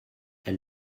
elle